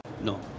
no